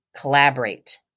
Collaborate